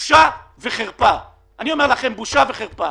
בושה וחרפה, אני אומר לכם, בושה וחרפה.